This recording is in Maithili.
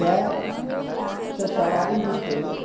कैबसँ सवारी जे छै